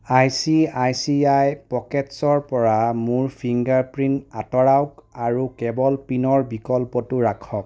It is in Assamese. I C I C I পকেটছৰ পৰা মোৰ ফিংগাৰ প্ৰিণ্ট আঁতৰাওক আৰু কেৱল পিনৰ বিকল্পটো ৰাখক